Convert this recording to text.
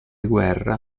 guerra